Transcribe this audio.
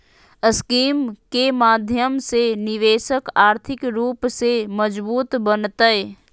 scheme के माध्यम से निवेशक आर्थिक रूप से मजबूत बनतय